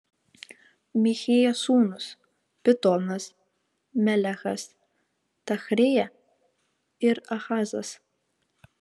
michėjo sūnūs pitonas melechas tachrėja ir ahazas